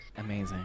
amazing